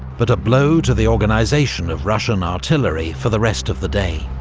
but a blow to the organisation of russian artillery for the rest of the day.